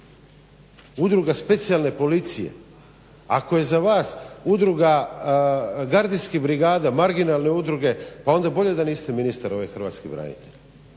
udruge specijalne policije, ako je za vas udruga gardijskih brigada marginalne udruge, onda bolje da niste ministar hrvatskih branitelja,